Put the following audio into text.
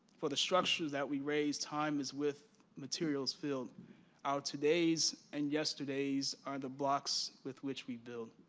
for the structures that we raise, time is with materials filled our todays and yesterdays are the block so with which we build.